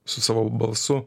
su savo balsu